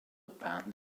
band